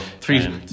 three